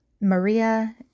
Maria